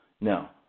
now